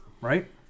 Right